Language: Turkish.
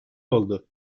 oldu